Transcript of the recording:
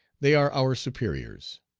they are our superiors.